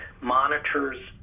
monitors